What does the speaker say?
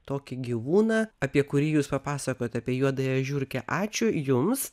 tokį gyvūną apie kurį jūs papasakojot apie juodąją žiurkę ačiū jums